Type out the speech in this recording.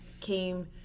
came